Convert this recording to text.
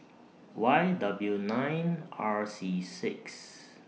Y W nine R C six